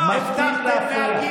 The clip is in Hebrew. תן לי.